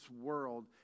world